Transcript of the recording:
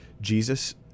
Jesus